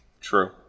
True